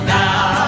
now